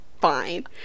fine